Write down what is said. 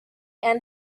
end